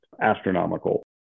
astronomical